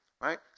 right